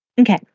Okay